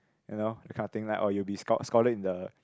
you know that kind of thing like oh you will be sch~ scholar in the